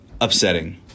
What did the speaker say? upsetting